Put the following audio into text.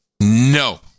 No